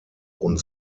und